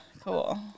Cool